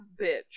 bitch